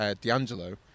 D'Angelo